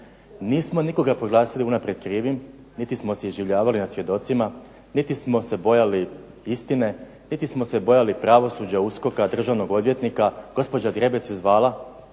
Nismo nikoga unaprijed proglasili krivim, niti smo se iživljavali na svjedocima, niti smo se bojali istine, niti smo se bojali pravosuđa, USKOK-a, Državnog odvjetnika. Gospođa Zgrebec je zvala